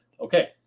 Okay